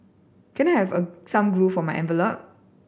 can I have a some glue for my envelope